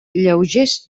lleugers